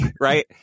right